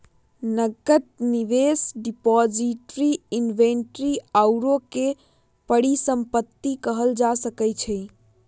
नकद, निवेश, depository, inventory आउरो के परिसंपत्ति कहल जा सकइ छइ